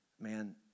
man